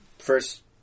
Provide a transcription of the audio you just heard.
first